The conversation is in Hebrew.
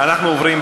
אנחנו עוברים,